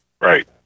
Right